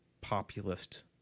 populist